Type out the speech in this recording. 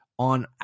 on